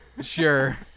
Sure